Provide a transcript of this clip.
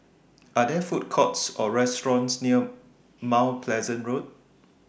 Are There Food Courts Or restaurants near Mount Pleasant Road